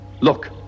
look